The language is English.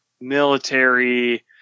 military